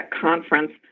conference